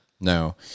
No